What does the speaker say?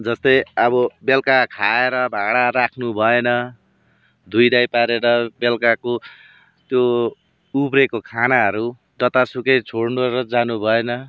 जस्तै अब बेलुका खाएर भाँडा राख्नु भएन धुइधाई पारेर बेलुकाको त्यो उब्रेको खानाहरू जतासुकै छोड्नु र जानु भएन